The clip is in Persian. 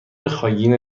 خاگینه